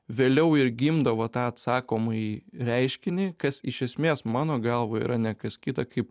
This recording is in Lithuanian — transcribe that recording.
vėliau ir gimdo va tą atsakomąjį reiškinį kas iš esmės mano galva yra ne kas kita kaip